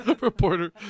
Reporter